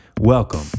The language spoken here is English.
Welcome